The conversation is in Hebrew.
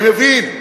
אני מבין,